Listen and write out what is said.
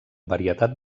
varietat